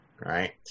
right